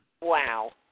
Wow